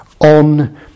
on